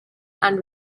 and